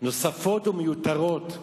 נוספות ומיותרות,